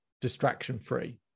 distraction-free